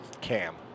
Cam